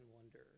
wonder